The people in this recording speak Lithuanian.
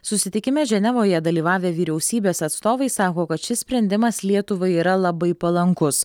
susitikime ženevoje dalyvavę vyriausybės atstovai sako kad šis sprendimas lietuvai yra labai palankus